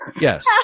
Yes